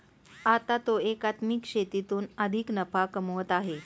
आता तो एकात्मिक शेतीतून अधिक नफा कमवत आहे